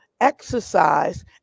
exercise